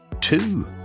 two